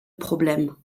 problème